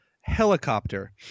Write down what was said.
helicopter